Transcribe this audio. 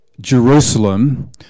Jerusalem